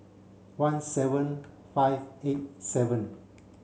one seven five eight seven